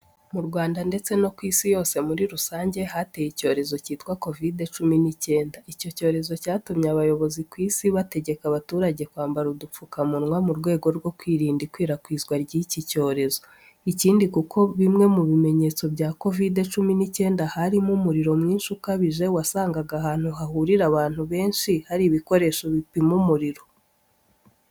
Mu Rwanda ndetse no ku Isi yose muri rusange hateye icyorezo cyitwa kovide cumi n'icyenda, icyo cyorezo cyatumye abayobozi ku Isi bategeka abaturage kwambara udupfukamunwa, mu rwego rwo kwirinda ikwirakwizwa ry'icyi cyorezo. Ikindi kuko bimwe mu bimenyetso bya kovide cumi n'icyenda harimo umuriro mwinshi ukabije, wasangaga ahantu hahurira abantu benshi, hari ibikoresho bipima umuriro.